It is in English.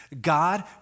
God